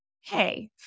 hey